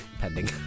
pending